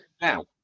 Now